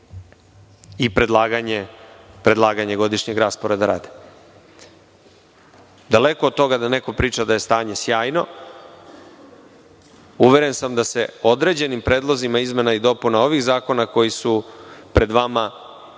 i predlaganje godišnjeg rasporeda rada. Daleko od toga da neko priča da je stanje sjajno. Uveren sam da se određenim predlozima izmena i dopuna ovih zakona koji su pred vama